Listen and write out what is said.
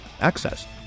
access